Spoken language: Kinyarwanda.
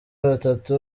batatu